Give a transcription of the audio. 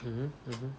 mmhmm mmhmm